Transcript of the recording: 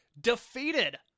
defeated